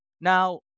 Now